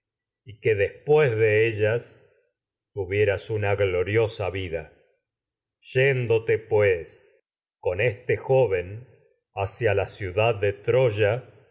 y que después pues de ellas tuvieras una gloriosa yéndote con este joven hacia la ciudad de esa troya